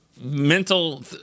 mental